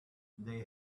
they